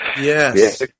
yes